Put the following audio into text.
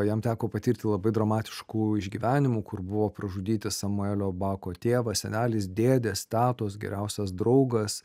jam teko patirti labai dramatiškų išgyvenimų kur buvo pražudyti samuelio bako tėvas senelis dėdės tetos geriausias draugas